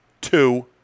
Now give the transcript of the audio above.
two